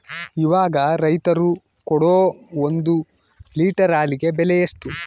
ಇವಾಗ ರೈತರು ಕೊಡೊ ಒಂದು ಲೇಟರ್ ಹಾಲಿಗೆ ಬೆಲೆ ಎಷ್ಟು?